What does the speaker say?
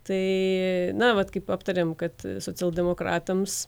tai na vat kaip aptarėme kad socialdemokratams